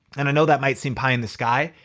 and i know that might seem pie in the sky,